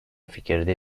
fikirde